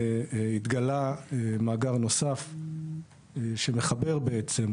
התגלה מאגר נוסף שמחבר בעצם,